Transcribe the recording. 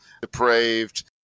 depraved